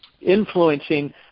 influencing